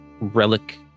relic